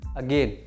again